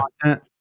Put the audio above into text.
content